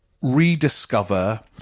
rediscover